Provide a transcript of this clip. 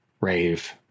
rave